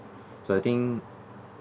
so I think